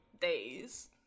days